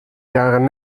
jaren